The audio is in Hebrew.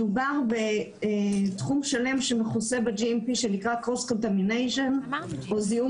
מדובר בתחום שלם שמכוסה ב-GMP שנקרא קרוס קונטמיניישן או זיהום